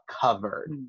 covered